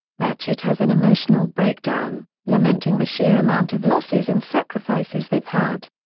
ratchet has an emotional breakdown, lamenting the sheer amount of losses and sacrifices they've had.